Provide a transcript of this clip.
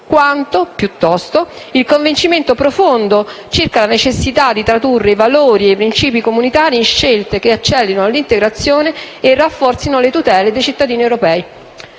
quanto - piuttosto - un convincimento profondo circa la necessità di tradurre i valori e i principi comunitari in scelte che accelerino l'integrazione e rafforzino le tutele dei cittadini europei.